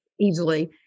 easily